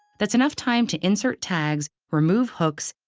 that's enough time to insert tags, remove hooks,